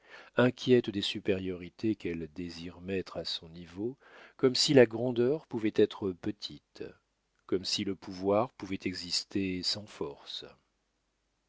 inquiète des supériorités qu'elle désire mettre à son niveau comme si la grandeur pouvait être petite comme si le pouvoir pouvait exister sans force